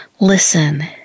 listen